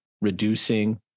reducing